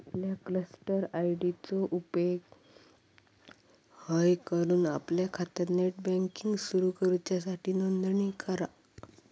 आपल्या cluster ID चो उपेग हय करून आपल्या खात्यात नेट बँकिंग सुरू करूच्यासाठी नोंदणी करा